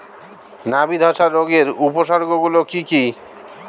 নাবি ধসা রোগের উপসর্গগুলি কি কি?